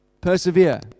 Persevere